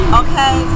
okay